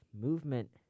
movement